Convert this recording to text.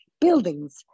buildings